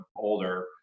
older